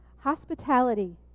Hospitality